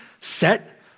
set